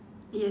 yes